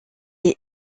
est